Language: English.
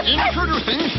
Introducing